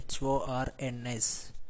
horns